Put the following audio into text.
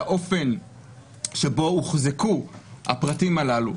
לאופן שבו הוחזקו הפרטים הללו,